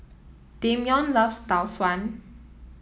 Dameon loves Tau Suan